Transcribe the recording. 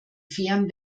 fairen